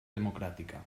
democràtica